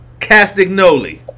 Castagnoli